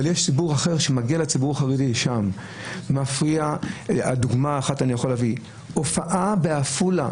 אבל יש ציבור אחר שמפריעה לו הופעה בעפולה